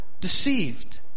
deceived